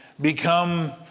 become